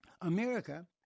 America